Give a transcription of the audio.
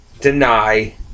deny